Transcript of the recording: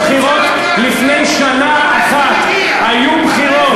אדוני היושב-ראש, עד היום היה שלום אמיתי, יסודי,